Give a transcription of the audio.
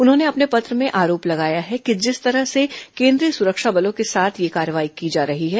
उन्होंने अपने पत्र में आरोप लगाया है कि जिस तरह से केंद्रीय सुरक्षा बलों के साथ यह कार्रवाई की जा रही है